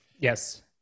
Yes